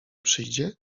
przyjdzie